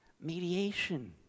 Mediation